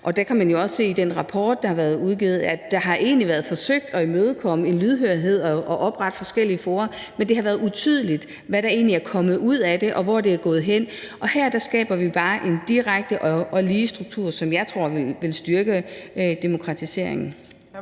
Man kan jo også se i den rapport, der er blevet udgivet, at man egentlig har forsøgt at være imødekommende og lydhør og oprette forskellige fora, men det har været uklart, hvad der egentlig er kommet ud af det, og hvor det er endt henne. Her skaber vi bare en struktur med en direkte og lige vej, som jeg tror vil styrke demokratiseringen.